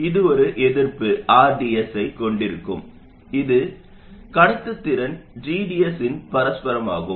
இது ஒரு எதிர்ப்பு rds ஐக் கொண்டிருக்கும் இது கடத்துத்திறன் gds இன் பரஸ்பரமாகும்